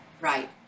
Right